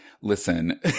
Listen